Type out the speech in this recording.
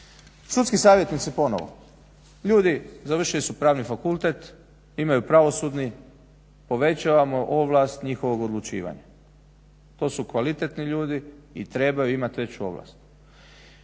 Sudski savjetnici ponovno, ljudi završili su Pravni fakultet, imaju pravosudni, povećavamo ovlast njihovog odlučivanja. To su kvalitetni ljudi i trebaju imati veću ovlast.